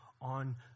on